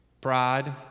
Pride